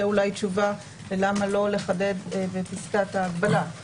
זאת אולי תשובה ללמה לא לחדד בפסקת ההגבלה.